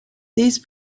these